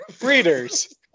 Breeders